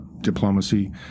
diplomacy